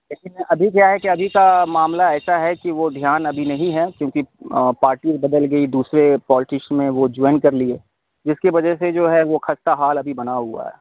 لیکن ابھی کیا ہے کہ ابھی کا معاملہ ایسا ہے کہ وہ دھیان ابھی نہیں ہے کیونکہ پارٹی بدل گئی دوسرے پالٹش میں وہ جوائن کر لیے جس کی وجہ سے جو ہے وہ خستہ حال ابھی بنا ہوا ہے